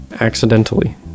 Accidentally